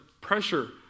pressure